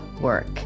work